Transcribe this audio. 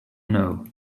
know